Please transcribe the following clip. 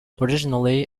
originally